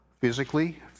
physically